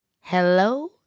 Hello